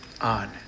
On